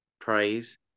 praise